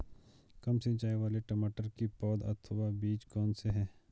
कम सिंचाई वाले टमाटर की पौध अथवा बीज कौन से हैं?